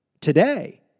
today